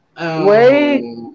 wait